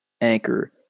Anchor